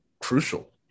crucial